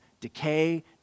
decay